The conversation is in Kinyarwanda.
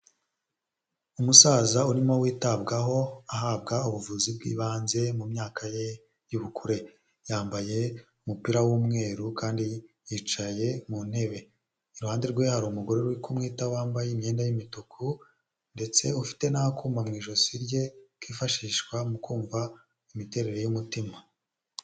Umusaza urimo witabwaho ahabwa ubuvuzi bw'ibanze mu myaka ye y'ubukure yambaye umupira w'umweru kandi yicaye mu ntebe, iruhande rwe hari umugore uri kumwita wambaye imyenda y'imituku ndetse ufite n'akuma mu ijosi rye kifashishwa mu kumva imiterere y'umutima.